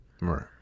Right